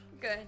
Good